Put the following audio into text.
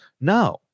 No